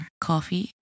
Coffee